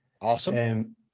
Awesome